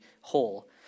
whole